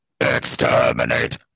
exterminate